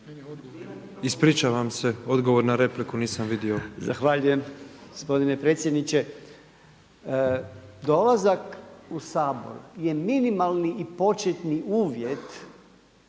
Ispričavam se odgovor na repliku, nisam vidio. **Podolnjak, Robert (MOST)** Zahvaljujem gospodine predsjedniče. Dolazak u Sabor je minimalni i početni uvjet